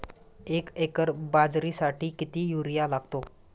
एक एकर बाजरीसाठी किती युरिया लागतो?